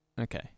Okay